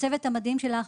לצוות המדהים שלך,